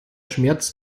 schmerz